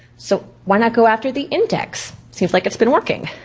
so why not go after the index? seems like it's been working.